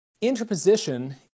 Interposition